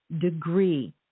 degree